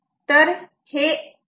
तेव्हा हे I का